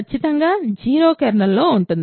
ఖచ్చితంగా 0 కెర్నల్లో ఉంటుంది ఎందుకంటే 0